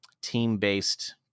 team-based